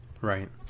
right